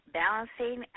balancing